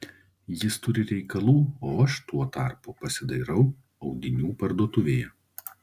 jis turi reikalų o aš tuo tarpu pasidairau audinių parduotuvėje